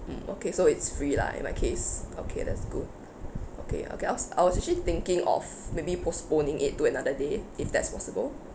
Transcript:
mm okay so it's free lah in my case okay that's good okay okay I was I was actually thinking of maybe postponing it to another day if that's possible